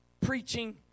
preaching